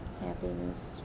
happiness